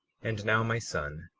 and now, my son,